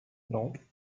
non